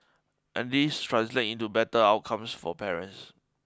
and this translate into better outcomes for parents